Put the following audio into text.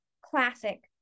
Classic